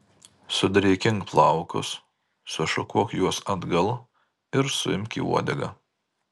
sudrėkink plaukus sušukuok juos atgal ir suimk į uodegą